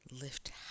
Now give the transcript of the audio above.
lift